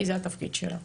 כי זה התפקיד שלה.